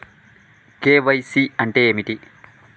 KYC అంటే ఏమిటి?